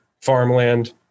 farmland